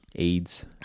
aids